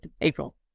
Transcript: April